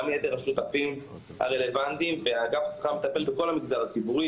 גם יתר השותפים הרלוונטיים ואגף השכר מטפל בכל המגזר הציבורי,